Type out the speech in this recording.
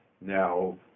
Now